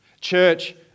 Church